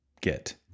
get